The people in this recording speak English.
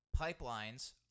pipelines